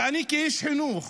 אני כאיש חינוך,